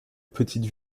petite